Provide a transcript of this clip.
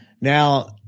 now